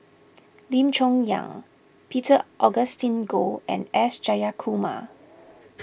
Lim Chong Yah Peter Augustine Goh and S Jayakumar